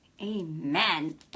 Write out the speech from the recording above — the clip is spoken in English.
Amen